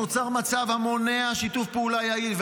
נוצר מצב המונע שיתוף פעולה יעיל,